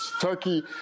Turkey